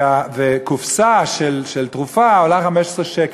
וקופסה של תרופה עולה 15 שקל.